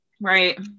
right